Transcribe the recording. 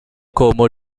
como